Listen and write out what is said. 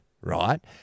right